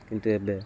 କିନ୍ତୁ ଏବେ